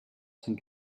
sein